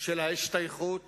של השתייכות